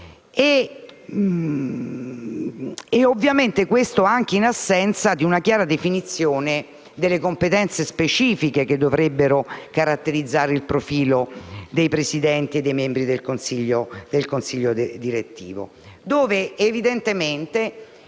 avviene anche in assenza di una chiara definizione delle competenze specifiche che dovrebbero caratterizzare il profilo dei presidenti e dei membri del consiglio direttivo. In questo testo